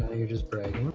you just break